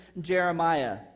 Jeremiah